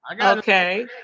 Okay